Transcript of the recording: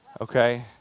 Okay